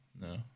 no